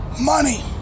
money